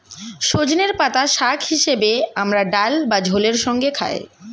সজনের পাতা শাক হিসেবে আমরা ডাল বা ঝোলের সঙ্গে খাই